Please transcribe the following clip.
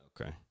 Okay